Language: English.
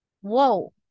whoa